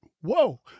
whoa